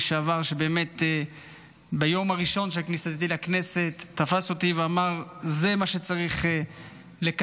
שבאמת ביום הראשון של כניסתי לכנסת תפס אותי ואמר: זה מה שצריך לקדם,